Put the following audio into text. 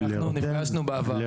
לרותם?